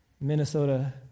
Minnesota